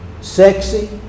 sexy